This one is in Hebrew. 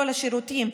לא לשירותים.